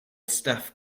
staff